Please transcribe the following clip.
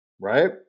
right